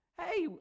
Hey